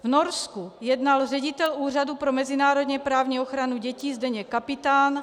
V Norsku jednal ředitel Úřadu pro mezinárodněprávní ochranu dětí Zdeněk Kapitán.